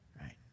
right